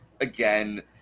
again